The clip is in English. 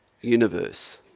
universe